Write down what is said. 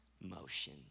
motion